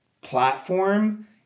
platform